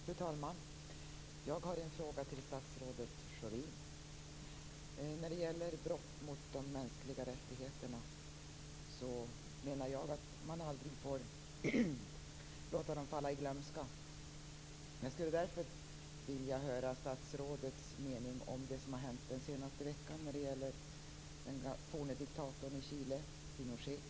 Fru talman! Jag har en fråga till statsrådet Schori om brott mot de mänskliga rättigheterna. Man får aldrig låta dem falla i glömska. Jag skulle därför vilja höra statsrådets mening om det som har hänt den senaste veckan när det gäller den tidigare diktatorn i Chile, Pinochet.